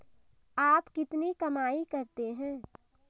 आप कितनी कमाई करते हैं?